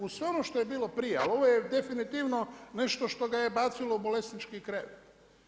Uz sve ono što je bilo prije, ali ovo je definitivno nešto što ga je bacilo u bolesnički krevet.